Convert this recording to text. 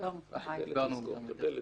צהרים טובים.